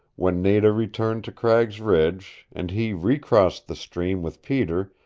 when nada returned to cragg's ridge, and he re-crossed the stream with peter,